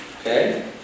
okay